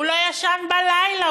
הוא לא ישן בלילה,